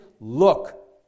Look